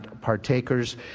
partakers